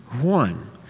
one